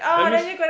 that means